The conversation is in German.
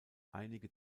einige